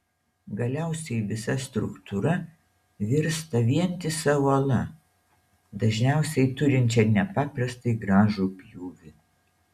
galiausiai visa struktūra virsta vientisa uola dažniausiai turinčia nepaprastai gražų pjūvį